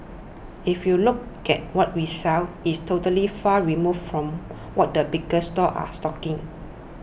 if you look at what we sell it's totally far removed from what the bigger stores are stocking